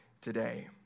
today